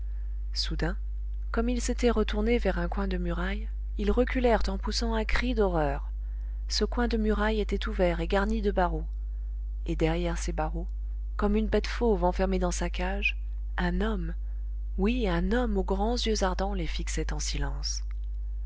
soudain comme ils s'étaient retournés vers un coin de muraille ils reculèrent en poussant un cri d'horreur ce coin de muraille était ouvert et garni de barreaux et derrière ces barreaux comme une bête fauve enfermée dans sa cage un homme oui un homme aux grands yeux ardents les fixait en silence